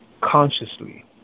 consciously